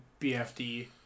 BFD